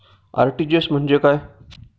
RTGS म्हणजे काय?